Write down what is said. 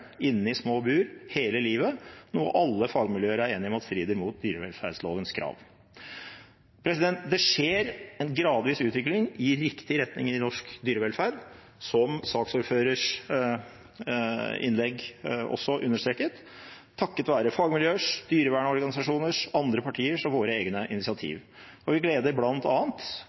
inne i små bur hele livet, noe alle fagmiljøer er enige om strider mot dyrevelferdslovens krav. Det skjer en gradvis utvikling i riktig retning i norsk dyrevelferd, som saksordførerens innlegg også understreket, takket være fagmiljøers, dyrevernorganisasjoners, andre partiers og våre egne initiativ. Vi deler bl.a. komiteens glede over at regjeringen har utvidet dyrepolitiordningen til å omfatte Sør-Trøndelag og